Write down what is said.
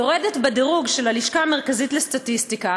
יורדת בדירוג של הלשכה המרכזית לסטטיסטיקה